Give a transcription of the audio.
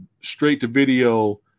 straight-to-video